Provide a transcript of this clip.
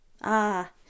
Ah